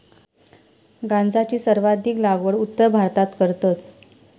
गांजाची सर्वाधिक लागवड उत्तर भारतात करतत